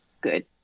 good